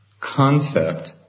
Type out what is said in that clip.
concept